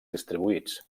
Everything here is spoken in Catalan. distribuïts